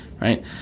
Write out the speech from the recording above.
Right